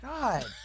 God